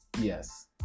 Yes